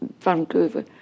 Vancouver